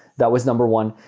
that was number one.